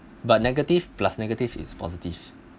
but negative plus negative is positive